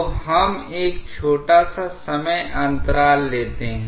तो हम एक छोटा सा समय अंतराल लेते हैं